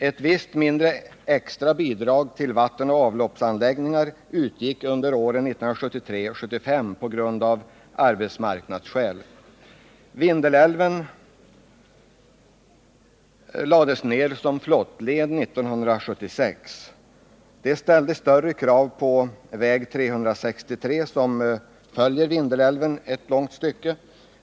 Ett visst mindre extra bidrag till vattenoch avloppsanläggningar utgick av arbetsmarknadsskäl under åren 1973-1975. Vindelälven lades ned som flottled 1976. Det ställdes då större krav på väg 363, som följer Vindelälven ett långt stycke.